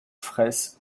fraysse